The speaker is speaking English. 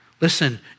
Listen